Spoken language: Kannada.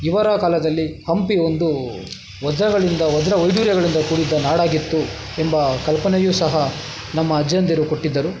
ಇವರ ಕಾಲದಲ್ಲಿ ಹಂಪಿ ಒಂದೂ ವಜ್ರಗಳಿಂದ ವಜ್ರ ವೈಢೂರ್ಯಗಳಿಂದ ಕೂಡಿದ್ದ ನಾಡಾಗಿತ್ತು ಎಂಬ ಕಲ್ಪನೆಯೂ ಸಹ ನಮ್ಮ ಅಜ್ಜಂದಿರು ಕೊಟ್ಟಿದ್ದರು